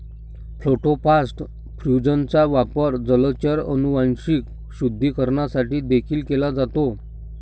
protoplast फ्यूजनचा वापर जलचर अनुवांशिक शुद्धीकरणासाठी देखील केला जातो